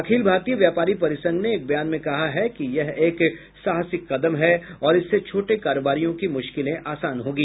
अखिल भारतीय व्यापारी परिसंघ ने एक बयान में कहा है कि यह एक साहसिक कदम है और इससे छोटे कारोबारियों की मुश्किलें आसान होगी